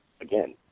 Again